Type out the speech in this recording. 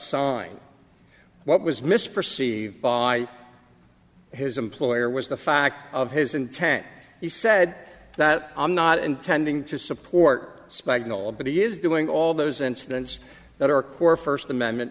sign what was misperceive by his employer was the fact of his intact he said that i'm not intending to support spagna all but he is doing all those incidents that are core first amendment